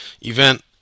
event